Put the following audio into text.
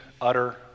utter